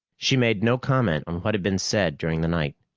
she made no comment on what had been said during the night.